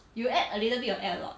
you add a little bit or add a lot